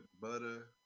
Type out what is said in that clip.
butter